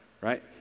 right